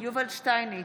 יובל שטייניץ,